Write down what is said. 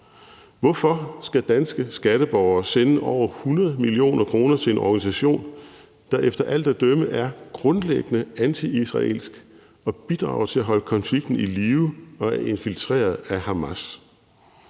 Hvorfor skal danske skatteborgere sende over 100 mio. kr. til en organisation, der efter alt at dømme er grundlæggende antiisraelsk, bidrager til at holde konflikten i live og er infiltreret af Hamas?